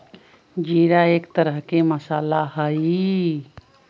जीरा एक तरह के मसाला हई